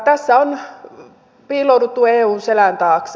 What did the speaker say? tässä on piilouduttu eun selän taakse